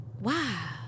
Wow